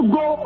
go